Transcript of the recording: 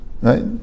right